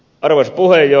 arvoisa puhemies